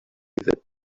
that